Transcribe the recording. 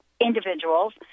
individuals